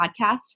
podcast